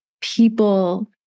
people